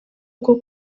bwo